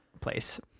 place